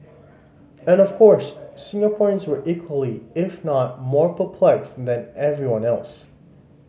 and of course Singaporeans were equally if not more perplexed than everyone else